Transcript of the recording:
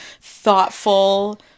thoughtful